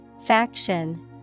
Faction